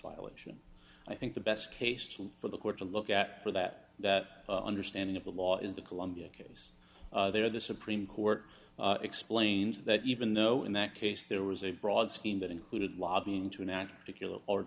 violation i think the best case to for the court to look at for that that understanding of the law is the columbia case there the supreme court explained that even though in that case there was a broad scheme that included lobbying to enact a killer or